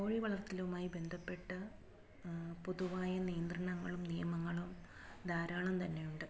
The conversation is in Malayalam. കോഴിവളർത്തലുമായി ബന്ധപ്പെട്ട് പൊതുവായി നിയന്ത്രണങ്ങളും നിയമങ്ങളും ധാരാളം തന്നെയുണ്ട്